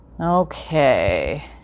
Okay